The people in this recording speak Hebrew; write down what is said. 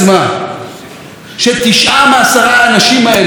שתשעה מעשרה האנשים האלה שאוהבים את המדינה